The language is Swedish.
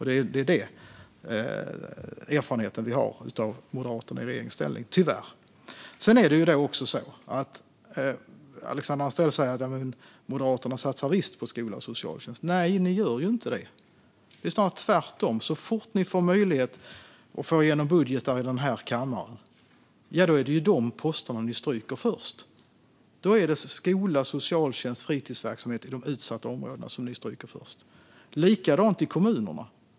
Det är den erfarenhet vi har av Moderaterna i regeringsställning, tyvärr. Sedan säger Alexandra Anstrell att Moderaterna visst satsar på skola och socialtjänst. Nej, ni gör ju inte det. Det är snarare tvärtom. Så fort ni får möjlighet att få igenom budgetar i den här kammaren är det de posterna ni stryker först. Då är det skola, socialtjänst och fritidsverksamheter i de utsatta områdena som ni stryker först. Det är likadant i kommunerna.